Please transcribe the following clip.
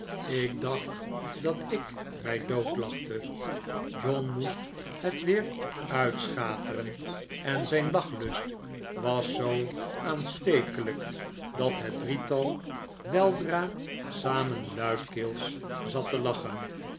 ik dacht dat ik mij doodlachte john moest het weer uitnikolaas nickleby schateren en zijn lachlust was zoo aanstekelijk dat het drietal weldra samen luidkeels zat te lachen